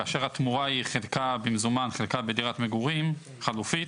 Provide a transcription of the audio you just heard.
כאשר התמורה היא חלקה במזומן וחלקה בדירת מגורים חלופית,